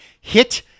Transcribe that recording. hit